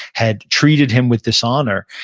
had treated him with dishonor,